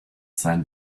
sein